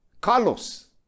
Carlos